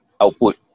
output